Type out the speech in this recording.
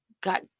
got